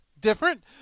different